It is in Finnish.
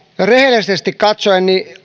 rehellisesti katsoen